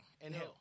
Inhale